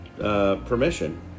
Permission